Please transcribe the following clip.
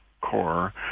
core